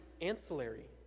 ancillary